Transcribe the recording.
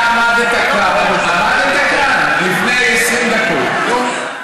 אתה עמדת כאן לפני 20 דקות, נו?